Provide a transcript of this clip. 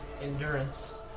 endurance